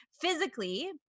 physically